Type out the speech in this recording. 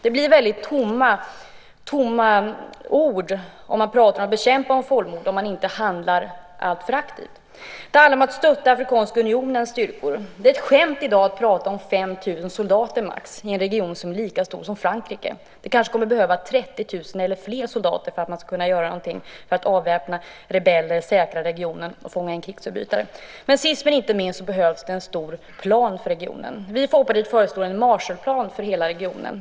Det blir väldigt tomma ord om man pratar om att bekämpa folkmord om man inte handlar aktivt. För det andra handlar det om att stötta Afrikanska unionens styrkor. Det är ett skämt i dag att prata om max 5 000 soldater i en region som är lika stor som Frankrike. Det kanske kommer att behövas 30 000 eller fler soldater för att man ska kunna avväpna rebeller, säkra regionen och fånga in krigsförbrytare. Sist men inte minst behövs det en stor plan för regionen. Vi i Folkpartiet föreslår en Marshallplan för hela regionen.